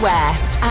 West